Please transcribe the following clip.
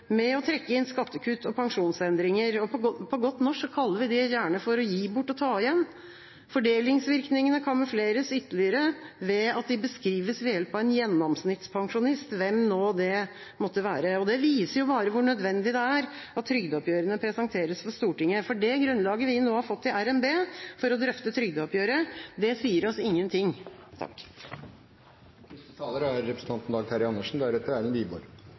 med å trekke inn skattekutt og pensjonsendringer. På godt norsk kaller vi det gjerne å gi bort og ta igjen. Fordelingsvirkningene kamufleres ytterligere ved at de beskrives ved hjelp av en gjennomsnittspensjonist – hvem nå det måtte være. Det viser jo bare hvor nødvendig det er at trygdeoppgjørene presenteres for Stortinget, for det grunnlaget vi nå har fått i RNB for å drøfte trygdeoppgjøret, sier oss ingen ting. La meg starte med å si, som representanten Ropstad, at vi står ved pensjonsforliket og er